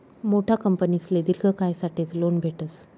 मोठा कंपनीसले दिर्घ कायसाठेच लोन भेटस